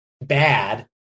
bad